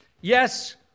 Yes